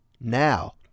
now